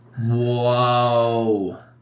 Whoa